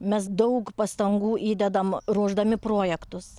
mes daug pastangų įdedam ruošdami projektus